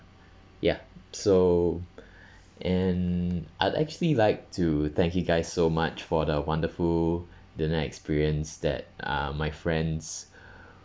ya so and I'd actually like to thank you guys so much for the wonderful dinner experience that uh my friends